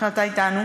שאתה אתנו,